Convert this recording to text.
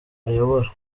ayobora